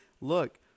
Look